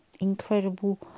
incredible